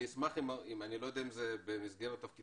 אני לא יודע אם זה במסגרת תפקידך,